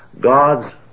God's